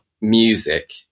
music